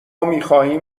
میخواهیم